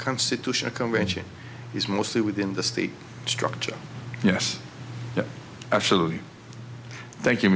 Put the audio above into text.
constitutional convention is mostly within the state structure yes absolutely thank you